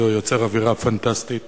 זה יוצר אווירה פנטסטית